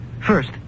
First